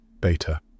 beta